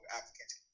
applicants